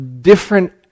different